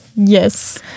Yes